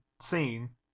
scene